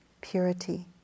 purity